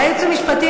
הייעוץ המשפטי?